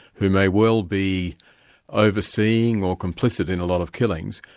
who may well be overseeing or complicit in a lot of killings,